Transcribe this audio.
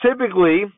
typically